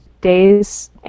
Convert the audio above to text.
days